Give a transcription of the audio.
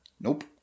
Nope